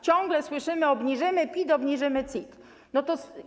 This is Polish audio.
Ciągle słyszymy: obniżymy PIT, obniżymy CIT.